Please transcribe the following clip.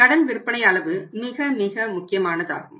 கடன் விற்பனை அளவு மிக மிக முக்கியமானதாகும்